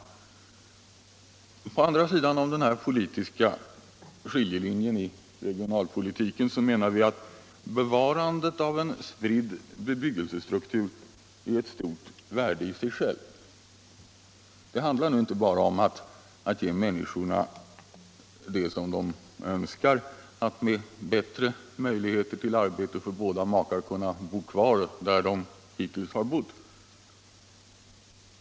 På den andra sidan om den här politiska skiljelinjen i regionalpolitiken menar vi att bevarandet av en spridd bebyggelsestruktur är ett stort värde i sig självt. Det handlar nu inte bara om att ge människorna det som de önskar, att med bättre möjligheter till arbete för båda makar kunna bo kvar där de hittills har bott.